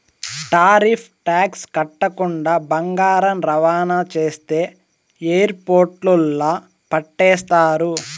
tariff tax కట్టకుండా బంగారం రవాణా చేస్తే ఎయిర్పోర్టుల్ల పట్టేస్తారు